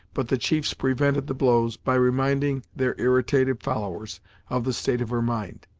but the chiefs prevented the blows, by reminding their irritated followers of the state of her mind.